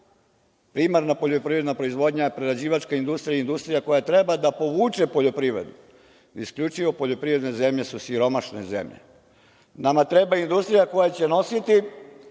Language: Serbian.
Primarna poljoprivredna proizvodnja, prerađivačka industrija, industrija koja treba da povuče poljoprivredu, isključivo poljoprivredne zemlje su siromašne zemlje. Nama treba industrija koja će nositi